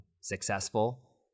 successful